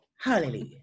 Hallelujah